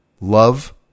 Love